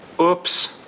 Oops